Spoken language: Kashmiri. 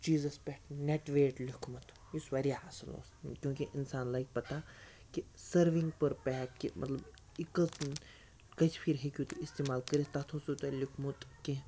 چیٖزَس پیٚٹھ نیٚٹ ویٹ لیٚوٗکھمُت یُس واریاہ اَصٕل اوس چوٗنٛکہِ اِنسان لَگہِ پَتاہ کہِ سروِنٛگ پٔر پیک کہِ یہِ کٔژ کٔژِ پھِرِ ہیٚکِو تُہۍ اِستِمال کٔرِتھ تتھ اَوسوٕ تۄہہِ لیٚوٗکھمُت کیٚنٛہہ